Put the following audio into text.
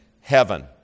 heaven